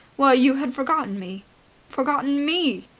while you had forgotten me forgotten me!